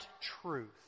truth